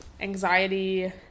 anxiety